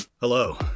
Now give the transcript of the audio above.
Hello